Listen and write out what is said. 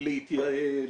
להתייעל